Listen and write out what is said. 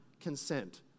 consent